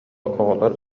оҕолор